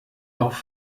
auch